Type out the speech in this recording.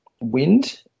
wind